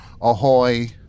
ahoy